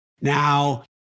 Now